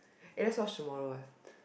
eh let's watch tomorrow eh